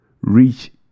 reach